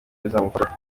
bizamufasha